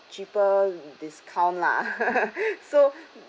cheaper discount lah so